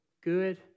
Good